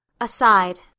Aside